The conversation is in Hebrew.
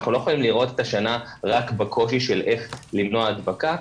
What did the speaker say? אנחנו לא יכולים לראות את השנה רק ב- -- של איך למנוע הדבקה,